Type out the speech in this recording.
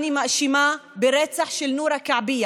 את אותה משטרה אני מאשימה ברצח של נורה כעבייה.